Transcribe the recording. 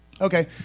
Okay